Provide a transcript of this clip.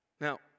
Now